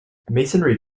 masonry